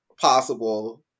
possible